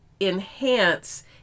enhance